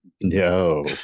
no